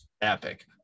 epic